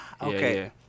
Okay